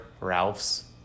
Ralph's